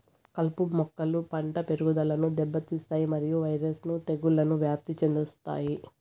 కలుపు మొక్కలు పంట పెరుగుదలను దెబ్బతీస్తాయి మరియు వైరస్ ను తెగుళ్లను వ్యాప్తి చెందిస్తాయి